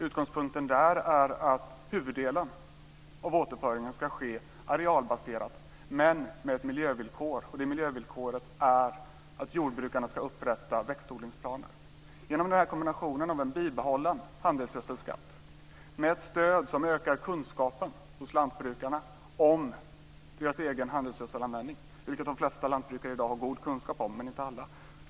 Utgångspunkten där är att huvuddelen av återföringen ska ske arealbaserat men med ett miljövillkor. Detta miljövillkor är att jordbrukarna ska upprätta växtodlingsplaner. Det är en kombination av en bibehållen handelsgödselskatt och ett stöd som ökar kunskapen hos lantbrukarna om deras egen handelsgödselanvändning. Det har de flesta lantbrukare i dag god kunskap om - men inte alla.